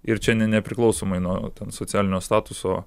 ir čia ne nepriklausomai nuo socialinio statuso